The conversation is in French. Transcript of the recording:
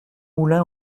moulin